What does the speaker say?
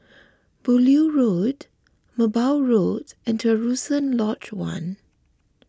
Beaulieu Road Merbau Road and Terusan Lodge one